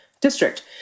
district